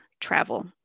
travel